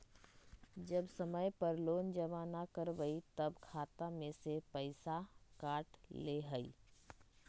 जब समय पर लोन जमा न करवई तब खाता में से पईसा काट लेहई?